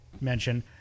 mention